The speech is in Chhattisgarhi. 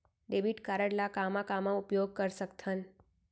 डेबिट कारड ला कामा कामा उपयोग कर सकथन?